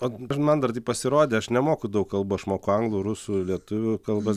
o man dar taip pasirodė aš nemoku daug kalbų aš moku anglų rusų lietuvių kalbas